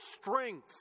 strength